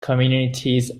communities